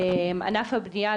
ענף הבנייה,